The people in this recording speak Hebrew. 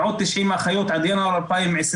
ועוד 90 אחיות עד ינואר 2020,